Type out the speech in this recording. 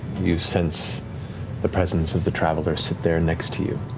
you sense the presence of the traveler sit there next to you,